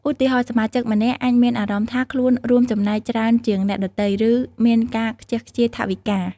ឧទាហរណ៍ សមាជិកម្នាក់អាចមានអារម្មណ៍ថាខ្លួនរួមចំណែកច្រើនជាងអ្នកដទៃ ឬមានការខ្ជះខ្ជាយថវិកា។